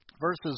verses